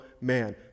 man